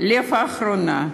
הלב האחרונה,